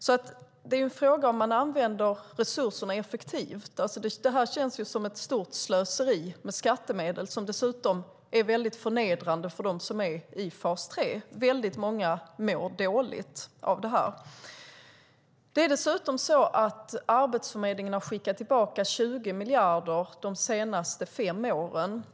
Frågan är alltså om man använder resurserna effektivt. Det här känns som ett stort slöseri med skattemedel, som dessutom är väldigt förnedrande för dem som är i fas 3. Väldigt många mår dåligt av det här. Det är dessutom så att Arbetsförmedlingen har skickat tillbaka 20 miljarder de senaste fem åren.